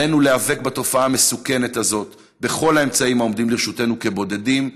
עלינו להיאבק בתופעה המסוכנת הזאת בכל האמצעים העומדים לרשותנו כבודדים,